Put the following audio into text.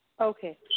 Okay